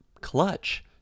clutch